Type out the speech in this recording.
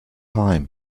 time